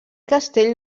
castell